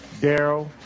Daryl